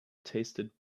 tasted